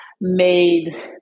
made